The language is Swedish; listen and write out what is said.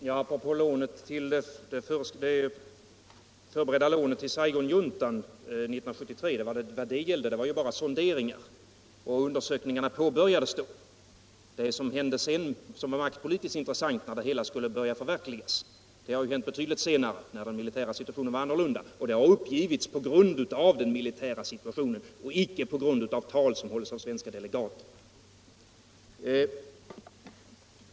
Herr talman! Förberedelserna för lånet till Saigonjuntan 1973 var ju bara sonderingar, och undersökningarna påbörjades då. Det som hände sedan och som var maktpolitiskt intressant var när det hela skulle börja förverkligas. Men det hände betydligt senare när den militära situationen var annorlunda. Det har uppgivits att lånets uteblivande berodde på den militära situationen och icke på ett tal som hållits av någon svensk delegat.